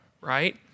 right